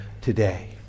today